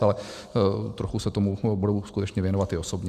Ale trochu se tomu budu skutečně věnovat i osobně.